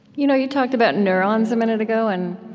you know you talked about neurons a minute ago, and